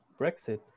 Brexit